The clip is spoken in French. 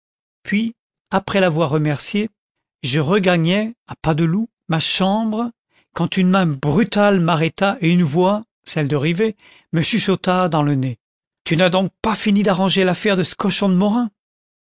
puis après l'avoir remerciée je regagnais à pas de loup ma chambre quand une main brutale m'arrêta et une voix celle de rivet me chuchota dans le nez tu n'as donc pas fini d'arranger l'affaire de ce cochon de morin